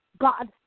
God